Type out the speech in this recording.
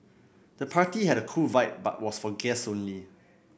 the party had a cool vibe but was for guests only